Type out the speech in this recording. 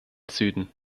süden